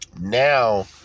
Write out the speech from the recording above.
Now